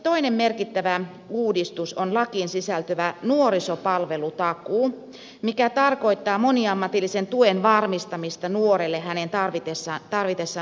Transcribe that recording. toinen merkittävä uudistus on lakiin sisältyvä nuorisopalvelutakuu mikä tarkoittaa moniammatillisen tuen varmistamista nuorelle hänen tarvitessaan sosiaalipalveluita